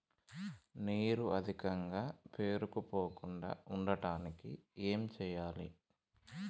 నీరు అధికంగా పేరుకుపోకుండా ఉండటానికి ఏం చేయాలి?